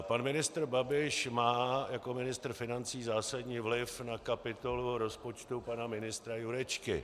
Pan ministr Babiš má jako ministr financí zásadní vliv na kapitolu rozpočtu pana ministra Jurečky.